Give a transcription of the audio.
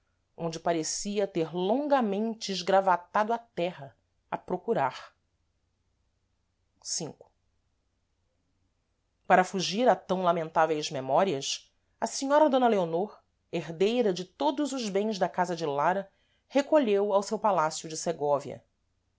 onde parecia ter longamente esgravatado a terra a procurar v para fugir a tam lamentáveis memórias a senhora d leonor herdeira de todos os bens da casa de lara recolheu ao seu palácio de segóvia